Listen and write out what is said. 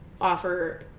offer